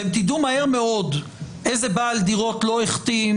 אתם תדעו מהר מאוד איזה בעל דירות לא החתים